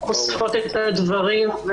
שחושפות את הדברים.